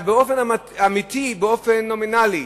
אלא באופן אמיתי, באופן נומינלי,